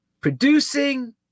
producing